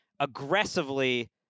aggressively